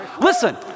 Listen